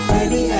Baby